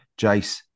Jace